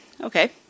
Okay